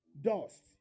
dust